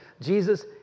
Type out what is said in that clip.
Jesus